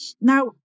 Now